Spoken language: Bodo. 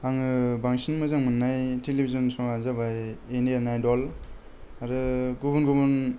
आङो बांसिन मोजां मोननाय टेलिभिजन स'वा जाबाय इण्डियान आइडल आरो गुबुन गुबुन